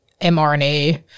mRNA